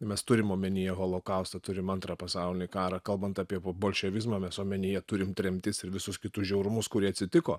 mes turim omenyje holokaustą turim antrą pasaulinį karą kalbant apie bolševizmą mes omenyje turim tremtis ir visus kitus žiaurumus kurie atsitiko